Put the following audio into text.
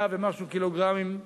100 ומשהו קילוגרמים,